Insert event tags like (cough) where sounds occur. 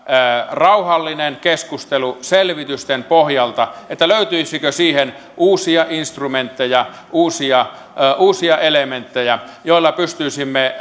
rauhallinen keskustelu selvitysten pohjalta löytyisikö siihen uusia instrumentteja uusia uusia elementtejä joilla pystyisimme (unintelligible)